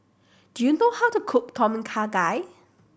do you know how to cook Tom Kha Gai